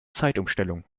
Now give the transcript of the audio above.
zeitumstellung